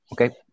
okay